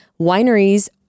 wineries